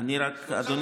הגעתם